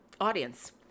audience